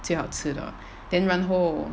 最好吃的 then 然后